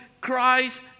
Christ